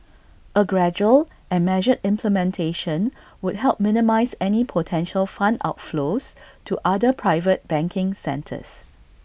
A gradual and measured implementation would help minimise any potential fund outflows to other private banking centres